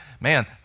man